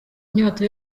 inyota